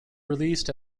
released